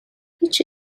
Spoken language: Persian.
هیچی